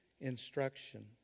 instruction